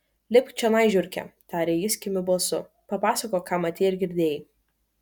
lipk čionai žiurke tarė jis kimiu balsu papasakok ką matei ir girdėjai